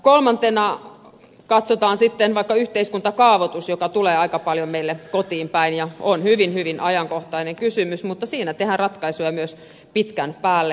kolmantena katsotaan sitten vaikka yhteiskuntakaavoitusta joka tulee meille aika paljon kotiin päin ja on hyvin hyvin ajankohtainen kysymys mutta siinä miten sitä aiotaan käsitellä tehdään ratkaisuja myös pitkän päälle